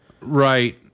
right